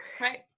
right